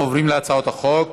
אנחנו עוברים להצעות החוק.